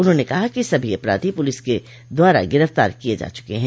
उन्होंने कहा कि सभी अपराधी पुलिस के द्वारा गिरफ्तार किये जा चुके हैं